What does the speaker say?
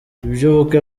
iby’ubukwe